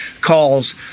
calls